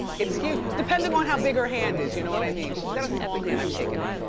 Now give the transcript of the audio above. its huge, depending on how big her hand is you know what i mean. she's got a small hand, i've shaken it.